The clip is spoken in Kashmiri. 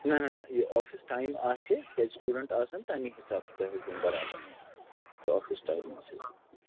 نہ نہ نہ یہِ آفِس ٹایِم آسہِ ییٚلہِ سٹوٗڈَنٛٹ آسَن تَمی حسابہٕ چھِ تۄہہِ حظ یُن برابر آفِس ٹایمہٕ حظ